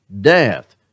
death